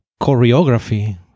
choreography